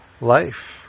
life